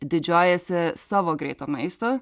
didžiuojasi savo greito maisto